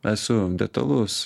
esu detalus